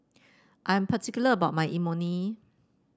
I am particular about my Imoni